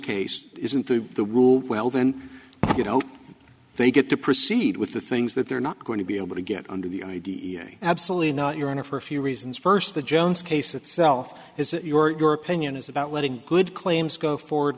case isn't the well then you know they get to proceed with the things that they're not going to be able to get under the idea absolutely not your honor for a few reasons first the jones case itself is that you or your opinion is about letting good claims go forward